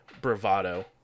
bravado